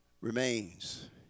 remains